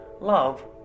love